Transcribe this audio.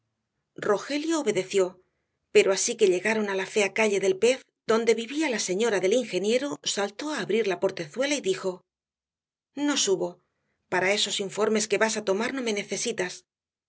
rogelio obedeció pero así que llegaron á la fea calle del pez donde vivía la señora del ingeniero saltó á abrir la portezuela y dijo no subo para esos informes que vas á tomar no me necesitas